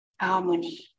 harmony